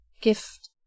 gift